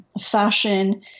fashion